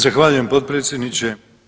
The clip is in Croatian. Zahvaljujem potpredsjedniče.